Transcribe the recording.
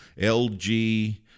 LG